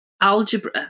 algebra